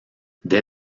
dès